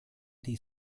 die